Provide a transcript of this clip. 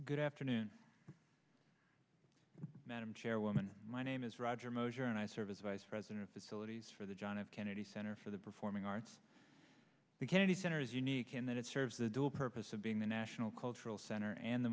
good afternoon madam chairwoman my name is roger mosher and i serve as vice president facilities for the john f kennedy center for the performing arts the kennedy center is unique in that it serves the dual purpose of being the national cultural center and the